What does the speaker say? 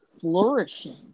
flourishing